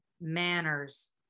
manners